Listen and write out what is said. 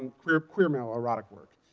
and queer queer male erotic work,